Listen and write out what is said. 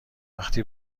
وقتی